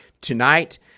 tonight